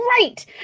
great